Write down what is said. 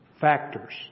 factors